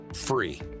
free